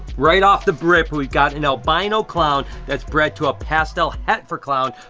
right off the brip, we've got an albino clown that's bred to a pastel hetfer clown,